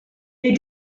they